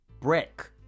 brick